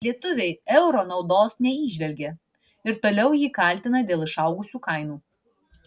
lietuviai euro naudos neįžvelgia ir toliau jį kaltina dėl išaugusių kainų